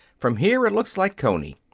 from here it looks like coney.